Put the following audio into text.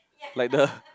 like the